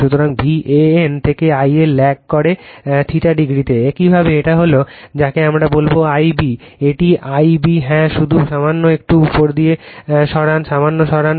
সুতরাং VAN থেকে I a lag করে θ একইভাবে এটা হলো যাকে আমরা বলবো Ib এটি Ib হ্যাঁ শুধু সামান্য একটু উপর দিকে সরান সামান্য সরান